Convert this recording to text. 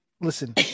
listen